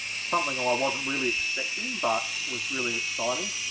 something i wasn't really expecting but was really exciting